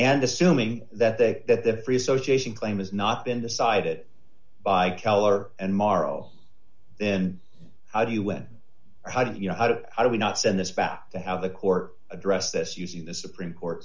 and assuming that the that the free association claim has not been decided by color and morrow and how do you when how do you know how to how do we not send this back to how the court addressed this using the supreme court